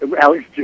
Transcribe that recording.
Alex